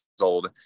old